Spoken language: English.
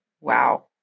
Wow